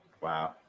Wow